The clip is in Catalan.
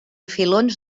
filons